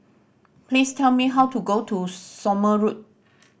please tell me how to get to Somme Road